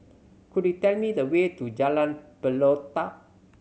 could you tell me the way to Jalan Pelatok